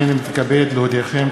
הנני מתכבד להודיעכם,